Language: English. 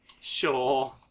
Sure